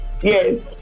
Yes